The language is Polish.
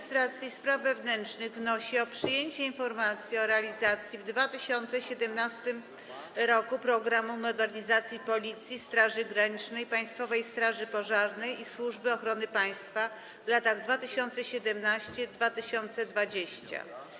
Komisja Administracji i Spraw Wewnętrznych wnosi o przyjęcie informacji o realizacji w 2017 r. „Programu modernizacji Policji, Straży Granicznej, Państwowej Straży Pożarnej i Służby Ochrony Państwa w latach 2017-2020”